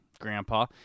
Grandpa